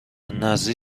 نذری